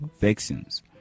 vaccines